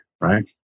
right